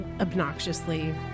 obnoxiously